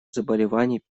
заболеваний